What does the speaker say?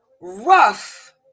rough